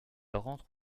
rentre